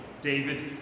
David